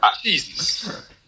Jesus